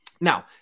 now